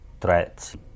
threats